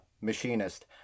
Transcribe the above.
machinist